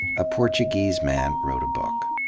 a portuguese man wrote a book.